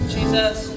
Jesus